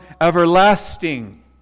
everlasting